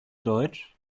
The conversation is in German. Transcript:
deutsch